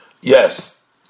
yes